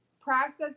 process